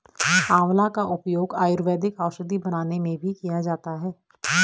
आंवला का उपयोग आयुर्वेदिक औषधि बनाने में भी किया जाता है